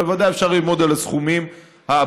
אבל עדיין, אפשר ללמוד על הסכומים האבסולוטיים.